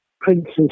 Princess